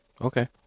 Okay